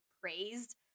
praised